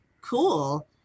cool